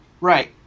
Right